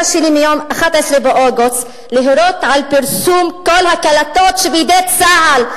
שלי מיום 11 באוגוסט להורות על פרסום כל הקלטות שבידי צה"ל,